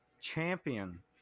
Champion